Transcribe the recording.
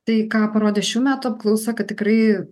tai ką parodė šių metų apklausa kad tikrai